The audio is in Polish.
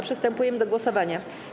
Przystępujemy do głosowania.